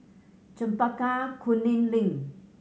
Chempaka Kuning Link